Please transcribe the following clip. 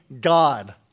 God